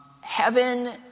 Heaven